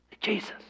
Jesus